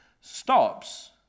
stops